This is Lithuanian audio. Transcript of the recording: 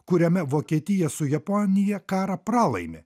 kuriame vokietija su japonija karą pralaimi